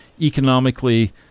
economically